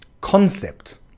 concept